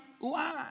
line